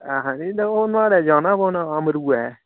आ हां ओह् नोहाड़े जाना पौना अमरु ऐ